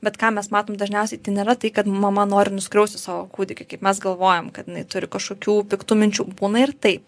bet ką mes matom dažniausiai tai nėra tai kad mama nori nuskriausti savo kūdikį kaip mes galvojam kad jinai turi kažkokių piktų minčių būna ir taip